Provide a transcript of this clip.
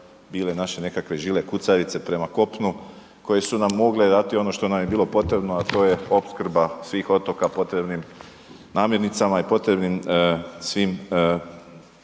bile naše nekakve žile kucavice prema kopnu koje su nam mogle dati ono što nam je bilo potrebno, a to je opskrba svih otoka potrebnim namirnicama i potrebnim svim